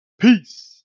Peace